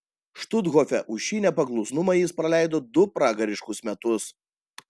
štuthofe už šį nepaklusnumą jis praleido du pragariškus metus